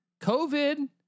COVID